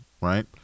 right